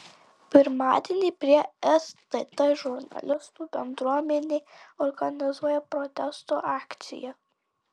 pirmadienį prie stt žurnalistų bendruomenė organizuoja protesto akciją